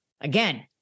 again